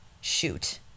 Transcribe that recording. shoot